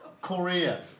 Korea